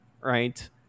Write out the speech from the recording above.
right